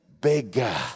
bigger